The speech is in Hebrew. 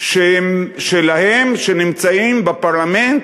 שלהם שנמצאים בפרלמנט.